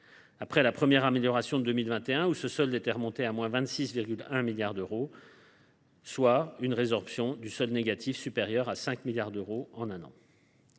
à la première amélioration de 2021, où ce solde était remonté à 26,1 milliards d’euros, soit une résorption du solde négatif supérieure à 5 milliards d’euros en un an.